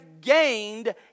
gained